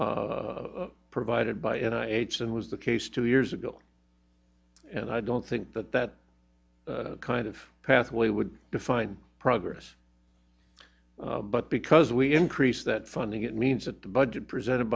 grants provided by age than was the case two years ago and i don't think that that kind of pathway would define progress but because we increase that funding it means that the budget presented